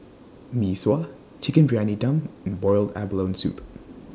Mee Sua Chicken Briyani Dum and boiled abalone Soup